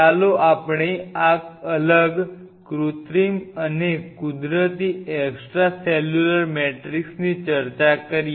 ચાલો આપણે આ અલગ કૃત્રિમ અને કુદરતી એક્સ્ટ્રા સેલ્યુલર મેટ્રિક્સની ચર્ચા શરૂ કરીએ